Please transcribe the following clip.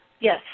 Yes